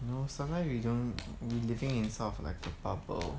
you know sometimes we don't we living in sort of like a bubble